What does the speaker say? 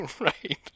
Right